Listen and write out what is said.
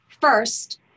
First